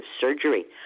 surgery